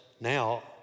now